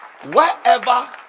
Wherever